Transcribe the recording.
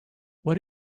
what